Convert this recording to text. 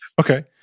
Okay